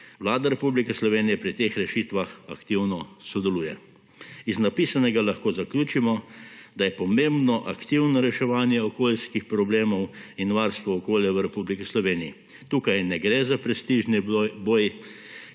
Vlada Republike Slovenije pri teh rešitvah aktivno sodeluje. Iz napisanega lahko zaključimo, da je pomembno aktivno reševanje okoljskih problemov in varstvo okolja v Republiki Sloveniji. Tukaj ne gre za prestižni boj,